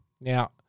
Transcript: Now